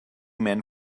men